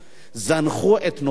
זנחו את נושא הרווחה.